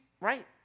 right